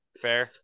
Fair